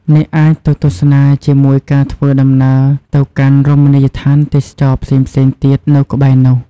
អ្នកអាចទៅទស្សនាជាមួយការធ្វើដំណើរទៅកាន់រមណីយដ្ឋានទេសចរណ៍ផ្សេងៗទៀតនៅក្បែរនោះ។